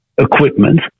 equipment